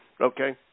Okay